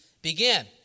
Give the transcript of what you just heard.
Begin